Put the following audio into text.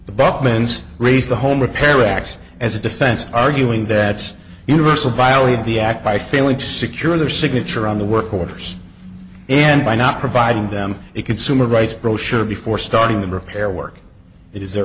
bachmann's raise the home repair acts as a defense arguing that universal violated the act by failing to secure their signature on the work orders and by not providing them a consumer rights brochure before starting the repair work it is their